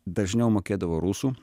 dažniau mokėdavo rusų